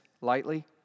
lightly